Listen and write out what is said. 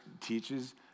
teaches